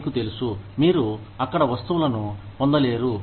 మీకు తెలుసు మీరు అక్కడ వస్తువులను పొందలేరు